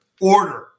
order